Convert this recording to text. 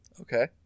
okay